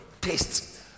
taste